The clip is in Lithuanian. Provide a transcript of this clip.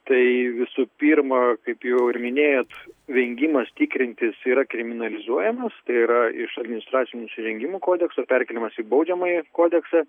tai visų pirma kaip jau ir minėjot vengimas tikrintis yra kriminalizuojamas tai yra iš administracinių nusižengimų kodekso perkėliamas į baudžiamąjį kodeksą